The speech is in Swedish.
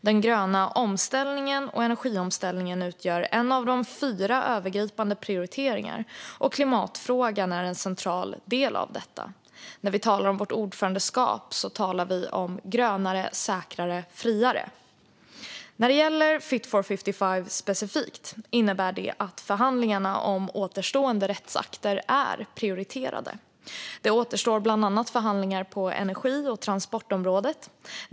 Den gröna omställningen och energiomställningen utgör en av de fyra övergripande prioriteringarna, och klimatfrågan är en central del av detta. När vi talar om vårt ordförandeskap talar vi om grönare, säkrare, friare. När det gäller Fit for 55 specifikt innebär det att förhandlingarna om återstående rättsakter är prioriterade. Det återstår bland annat förhandlingar på energi och transportområdet.